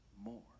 more